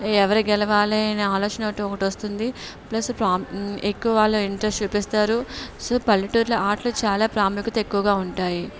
ఎవరు గెలవాలి అనే ఆలోచనయితే ఒకటి వస్తుంది ప్లస్ ప్రో ఎక్కువ వాళ్ళు ఇంట్రెస్ట్ చూపిస్తారు సో పల్లెటూరులో ఆటలు చాలా ప్రాముఖ్యత ఎక్కువగా ఉంటాయి